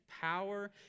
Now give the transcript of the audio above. power